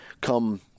come